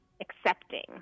accepting